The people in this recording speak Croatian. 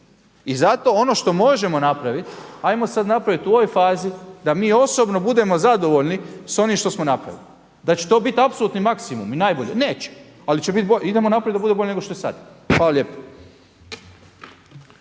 I zato ono što možemo napraviti hajmo sad napraviti u ovoj fazi da mi osobno budemo zadovoljni sa onim što smo napravili, da će to biti apsolutni maksimumi najbolje neće, ali idemo napraviti da bude bolje nego što je sad. Hvala lijepo.